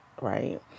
Right